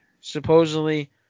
supposedly